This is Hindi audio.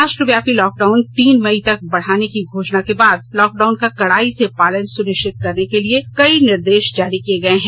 राष्ट्र व्यापी लॉकडाउन तीन मई तक बढ़ाने की घोषणा के बाद लॉकडाउन का कड़ाई से पालन सुनिश्चित करने के लिए कई निर्देश जारी किए गए हैं